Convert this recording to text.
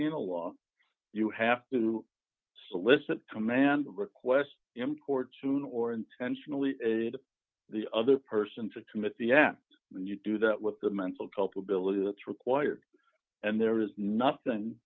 penal law you have to solicit command request import soon or intentionally the other person to tumut the apt when you do that with the mental culpability that's required and there is nothing